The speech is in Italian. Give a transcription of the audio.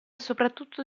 soprattutto